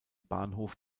bahnhof